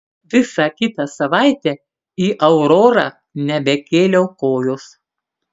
visą kitą savaitę į aurorą nebekėliau kojos